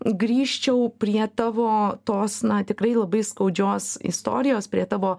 grįžčiau prie tavo tos na tikrai labai skaudžios istorijos prie tavo